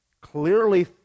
Clearly